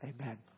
Amen